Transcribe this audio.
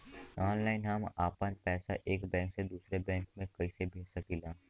Online हम आपन पैसा एक बैंक से दूसरे बैंक में कईसे भेज सकीला?